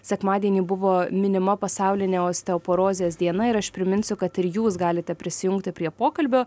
sekmadienį buvo minima pasaulinė osteoporozės diena ir aš priminsiu kad ir jūs galite prisijungti prie pokalbio